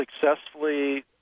successfully